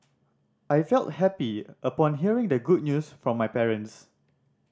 I felt happy upon hearing the good news from my parents